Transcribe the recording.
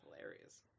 hilarious